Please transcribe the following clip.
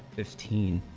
fifteen